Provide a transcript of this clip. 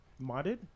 Modded